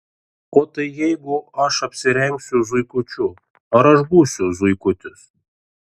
o tai jeigu aš apsirengsiu zuikučiu ar aš būsiu zuikutis